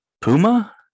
Puma